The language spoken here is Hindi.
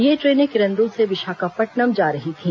ये ट्रेने किरंदल से विशाखापट्नम जा रही थी